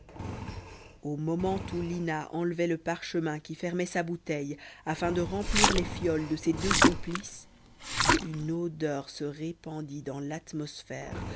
au moment où lina enlevait le parchemin qui fermait sa bouteille afin de remplir les fioles de ses deux complices une odeur se répandit dans l'atmosphère